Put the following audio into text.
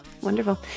Wonderful